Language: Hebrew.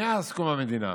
מאז קום המדינה